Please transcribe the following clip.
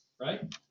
right